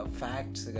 facts